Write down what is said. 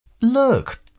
Look